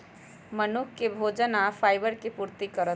मनुख के भोजन आ फाइबर के पूर्ति करत